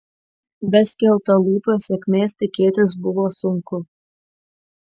be skeltalūpio sėkmės tikėtis buvo sunku